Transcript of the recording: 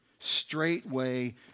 straightway